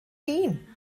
hun